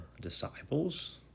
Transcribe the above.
disciples